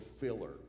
filler